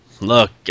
look